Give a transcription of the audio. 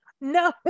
no